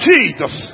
Jesus